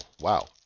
wow